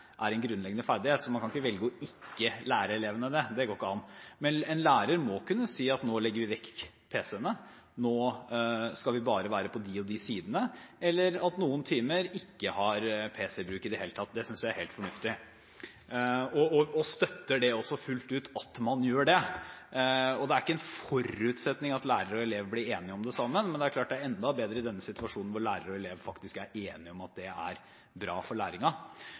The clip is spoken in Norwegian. så man kan ikke velge ikke å lære elevene det. Det går ikke an. Men en lærer må kunne si at nå legger vi vekk pc-ene, at nå skal vi bare være på de og de sidene, eller at noen timer ikke har pc-bruk i det hele tatt. Det synes jeg er helt fornuftig, og jeg støtter også fullt ut at man gjør det. Det er ikke en forutsetning at lærer og elev blir enige om det sammen, men det er klart at denne situasjonen hvor lærer og elev faktisk er enige om at det er bra for